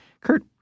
Kurt